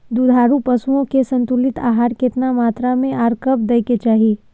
दुधारू पशुओं के संतुलित आहार केतना मात्रा में आर कब दैय के चाही?